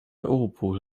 europol